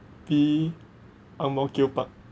p ang mo kio park